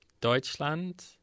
Deutschland